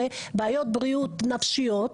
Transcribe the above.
שבעיות בריאות נפשיות,